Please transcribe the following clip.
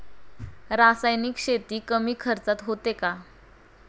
रासायनिक शेती कमी खर्चात होते का?